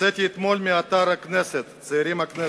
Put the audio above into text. הוצאתי אתמול מאתר הכנסת, צעירים לכנסת,